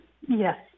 Yes